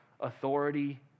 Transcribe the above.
authority